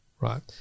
right